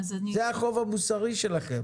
זה החוב המוסרי שלכם.